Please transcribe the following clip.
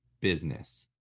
business